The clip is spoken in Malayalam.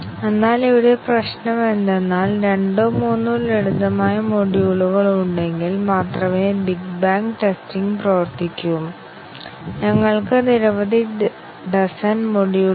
ഞങ്ങൾ ടെസ്റ്റ് കേസുകൾ വീണ്ടും പ്രവർത്തിപ്പിക്കുകയും ഈ ബഗ് പിടിക്കപ്പെട്ടിട്ടുണ്ടോ എന്ന് പരിശോധിക്കുകയും ചെയ്യുന്നു